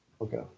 okay